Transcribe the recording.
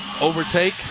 overtake